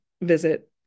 visit